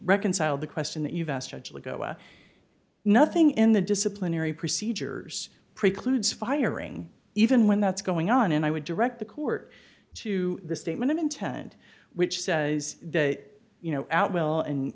reconcile the question that you've asked judge alito and nothing in the disciplinary procedures precludes firing even when that's going on and i would direct the court to the statement of intent which says that you know outwill and